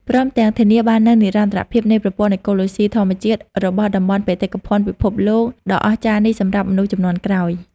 ព្រមទាំងធានាបាននូវនិរន្តរភាពនៃប្រព័ន្ធអេកូឡូស៊ីធម្មជាតិ របស់តំបន់បេតិកភណ្ឌពិភពលោកដ៏អស្ចារ្យនេះសម្រាប់មនុស្សជំនាន់ក្រោយ។